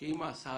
אם למשל